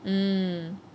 mm